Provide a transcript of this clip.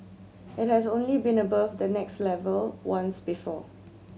it has only been above that next level once before